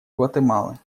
гватемалы